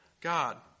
God